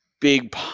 big